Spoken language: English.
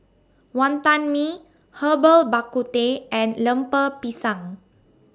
Wantan Mee Herbal Bak Ku Teh and Lemper Pisang